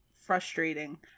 frustrating